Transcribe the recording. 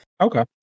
Okay